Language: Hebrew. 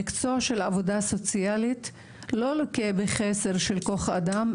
המקצוע של עבודה סוציאלית לא לוקה בחסר של כוח אדם,